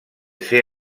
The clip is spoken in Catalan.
ser